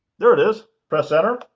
there it is. press enter